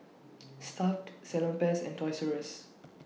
Stuff'd Salonpas and Toys U S